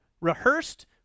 rehearsed